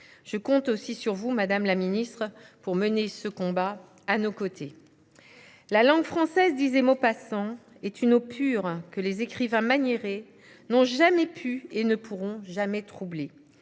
Je compte aussi sur vous, madame la ministre, pour mener ce combat à nos côtés. « La langue française, d’ailleurs, est une eau pure que les écrivains maniérés n’ont jamais pu et ne pourront jamais troubler